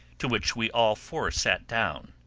to which we all four sat down,